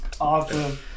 awesome